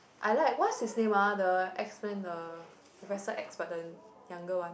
I like what's his name ah the X men the Professor X but the younger one